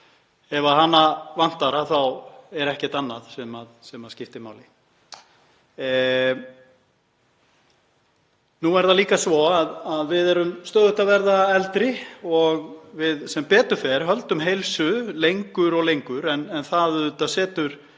ef hana vantar þá er ekkert annað sem skiptir máli. Nú er það líka svo að við erum stöðugt að verða eldri og við sem betur fer höldum heilsu lengur og lengur en það setur